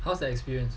how was the experience